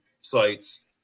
sites